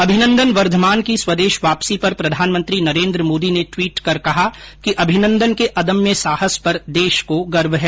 अभिनन्दन वर्धमान की स्वदेश वापसी पर प्रधानमंत्री नरेन्द्र मोदी ने टवीट कर कहा कि अभिनन्दन के अदम्य साहस पर देश को गर्व हैं